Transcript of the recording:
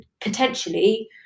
potentially